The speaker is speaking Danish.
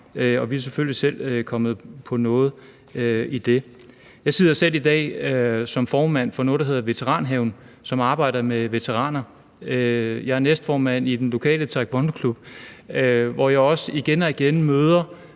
Vi er selvfølgelig selv kommet på noget i det. Jeg sidder selv i dag som formand for noget, der hedder VeteranHaven, som arbejder med veteraner. Jeg er næstformand i den lokale taekwondoklub, hvor jeg også igen og igen møder